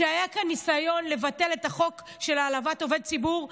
כשהיה כאן ניסיון לבטל את החוק של העלבת עובד ציבור,